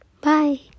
bye